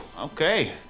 Okay